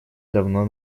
давно